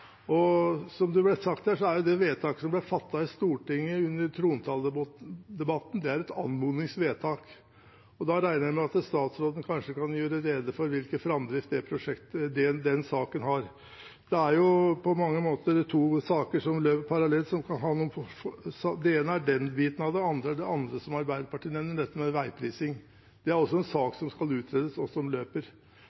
Stortinget under trontaledebatten, et anmodningsvedtak. Da regner jeg med at statsråden kanskje kan gjøre rede for hvilken framdrift den saken har. Her er det på mange måter to saker som løper parallelt. Det ene er den delen av det, og det andre er det som Arbeiderpartiet nevner, dette med veiprising. Det er også en sak